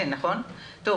טוב.